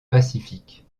pacifique